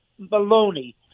baloney